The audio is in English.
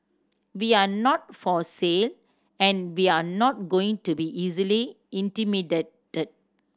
we're not for sale and we're not going to be easily intimidated